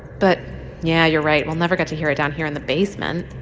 but yeah, you're right. we'll never get to hear it down here in the basement